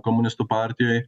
komunistų partijoj